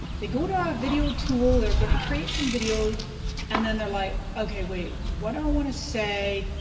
they go to a video tool, they're gonna create some video and then they're like, okay, wait, what do i want to say?